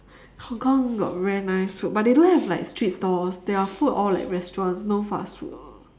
hong-kong got very nice food but they don't have like street stalls their food all like restaurants no fast food